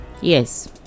Yes